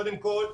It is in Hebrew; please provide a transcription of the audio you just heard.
קודם כל,